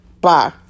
Bye